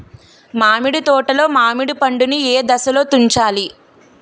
మామిడి తోటలో మామిడి పండు నీ ఏదశలో తుంచాలి?